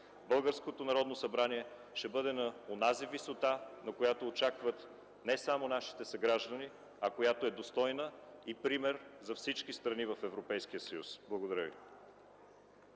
българското Народно събрание ще бъде на онази висота, която очакват не само нашите съграждани, но която е достойна и е пример за всички страни в Европейския съюз. Благодаря Ви.